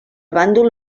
bàndol